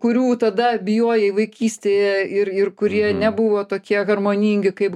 kurių tada bijojai vaikystėje ir ir kurie nebuvo tokie harmoningi kaip